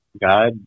God